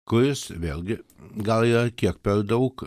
kuris vėlgi gal yra kiek per daug